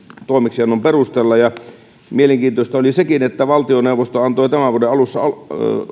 toimeksiannon perusteella ja mielenkiintoista oli sekin että valtioneuvosto antoi tämän vuoden alussa